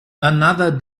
another